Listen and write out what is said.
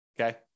Okay